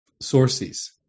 sources